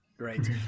Great